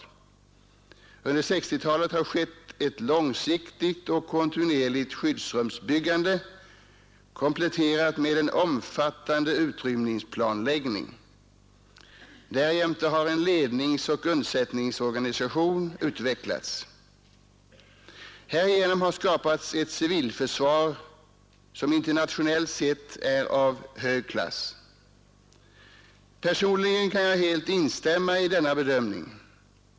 Under 1960-talet har det skett ett långsiktigt och kontinuerligt skyddsrumsbyggande, kompletterat med en omfattande utrymningsplanläggning. Därjämte har en ledningsoch undsättningsorganisation utvecklats. Härigenom har skapats ett civilförsvar som internationellt sett är av hög klass. Personligen kan jag helt instämma i denna bedömning.